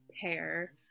pair